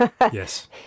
Yes